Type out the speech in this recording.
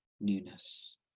newness